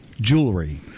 jewelry